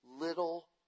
little